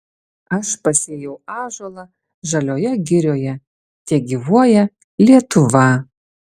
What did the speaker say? aš pasėjau ąžuolą žalioje girioje tegyvuoja lietuva